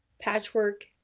patchwork